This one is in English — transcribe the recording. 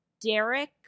Derek